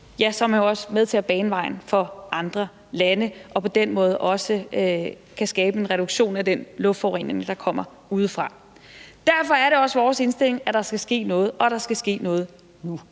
ja, så er man jo også med til at bane vejen for andre lande, og på den måde kan man også skabe en reduktion af den luftforurening, der kommer udefra. Derfor er det også vores indstilling, at der skal ske noget, og at der skal ske noget nu.